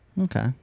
Okay